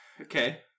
Okay